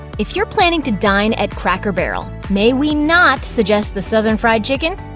if you're planning to dine at cracker barrel, may we not suggest the southern fried chicken?